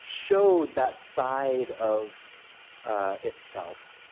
showed that side of ah itself,